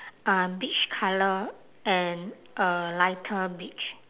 a beige colour and a lighter beige